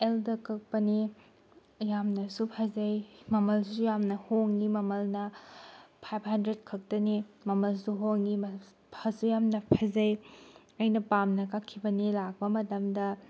ꯑꯦꯜꯗ ꯀꯛꯄꯅꯤ ꯌꯥꯝꯅꯁꯨ ꯐꯖꯩ ꯃꯃꯜꯁꯨ ꯌꯥꯝꯅ ꯍꯣꯡꯏ ꯃꯃꯜꯅ ꯐꯥꯏꯚ ꯍꯟꯗ꯭ꯔꯦꯗ ꯈꯛꯇꯅꯤ ꯃꯃꯜꯁꯨ ꯍꯣꯡꯏ ꯐꯁꯨ ꯌꯥꯝꯅ ꯐꯖꯩ ꯑꯩꯅ ꯄꯥꯝꯅ ꯀꯛꯈꯤꯕꯅꯤ ꯂꯥꯛꯄ ꯃꯇꯝꯗ